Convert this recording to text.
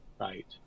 right